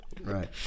Right